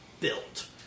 built